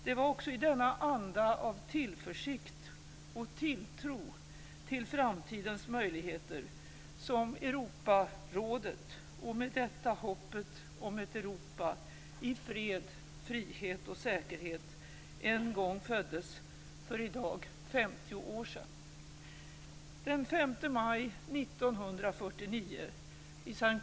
Det var också i denna anda av tillförsikt och tilltro till framtidens möjligheter som Europarådet - och med detta hoppet om ett Europa i fred, frihet och säkerhet - en gång föddes för i dag 50 år sedan. Den 5 maj 1949, i St.